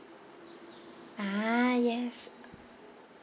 ah yes